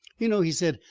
you know, he said,